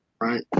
right